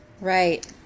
Right